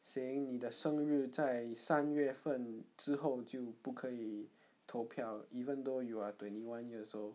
saying 你的生日在三月份之后就不可以投票 even though you are twenty one years old